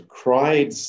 cried